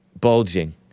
bulging